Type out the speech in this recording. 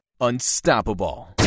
unstoppable